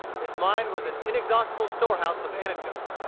his mind was an inexhaustable store-house of anecdote.